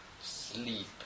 sleep